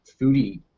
foodie